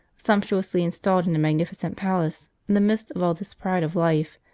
sumptuously installed in a magnificent palace, in the mi-dst of all this pride of life,